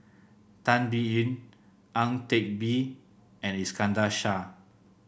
Tan Biyun Ang Teck Bee and Iskandar Shah